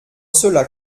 cela